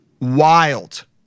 wild